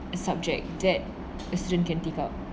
subject that a student can take up